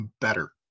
better